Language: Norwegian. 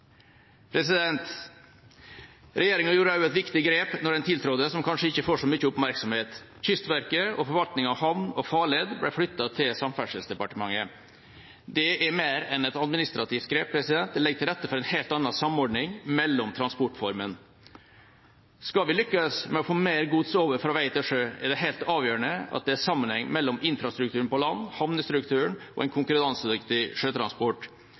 Regjeringa gjorde også et viktig grep da den tiltrådte, som kanskje ikke får så mye oppmerksomhet. Kystverket og forvaltningen av havn og farled ble flyttet til Samferdselsdepartementet. Det er mer enn et administrativt grep. Det legger til rette for en helt annen samordning mellom transportformene. Skal vi lykkes med å få mer gods over fra vei til sjø, er det helt avgjørende at det er sammenheng mellom infrastrukturen på land, havnestrukturen og en konkurransedyktig sjøtransport.